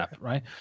right